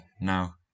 Now